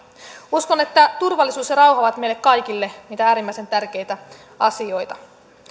uskon että turvallisuus ja rauha ovat meille kaikille niitä äärimmäisen tärkeitä asioita